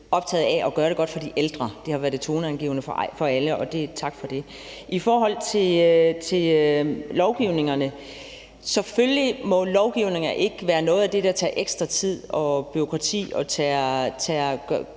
optaget af at gøre det godt for de ældre. Det har været toneangivende for alle, og tak for det. I forhold til lovgivningerne vil jeg sige, at selvfølgelig må lovgivninger ikke være noget af det, der tager ekstra tid og giver